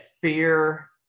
fear